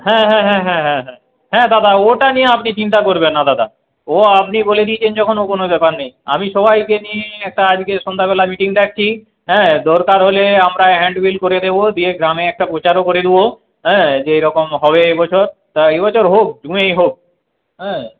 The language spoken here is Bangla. হ্যাঁ হ্যাঁ হ্যাঁ হ্যাঁ হ্যাঁ হ্যাঁ হ্যাঁ দাদা ওটা নিয়ে আপনি চিন্তা করবেন না দাদা ও আপনি বলে দিয়েছেন যখন ও কোনও ব্যাপার নেই আমি সবাইকে নিয়ে একটা আজকে সন্ধ্যাবেলা মিটিং ডাকছি হ্যাঁ দরকার হলে আমরা হ্যান্ডবিল করে দেব দিয়ে গ্রামে একটা প্রচারও করে দেব হ্যাঁ যে এরকম হবে এ বছর তা এ বছর হোক জুনেই হোক হ্যাঁ